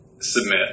submit